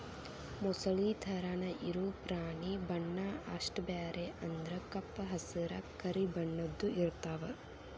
ಮೊಸಳಿ ತರಾನ ಇರು ಪ್ರಾಣಿ ಬಣ್ಣಾ ಅಷ್ಟ ಬ್ಯಾರೆ ಅಂದ್ರ ಕಪ್ಪ ಹಸರ, ಕರಿ ಬಣ್ಣದ್ದು ಇರತಾವ